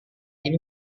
ini